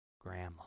Grandma